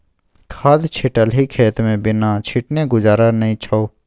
खाद छिटलही खेतमे बिना छीटने गुजारा नै छौ